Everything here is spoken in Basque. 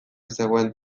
zegoen